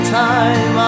time